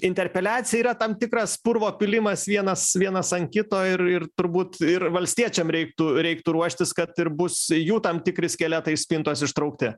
interpeliacija yra tam tikras purvo pylimas vienas vienas ant kito ir ir turbūt ir valstiečiam reiktų reiktų ruoštis kad ir bus jų tam tikri skeletai iš spintos ištraukti